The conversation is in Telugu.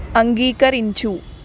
అంగీకరించు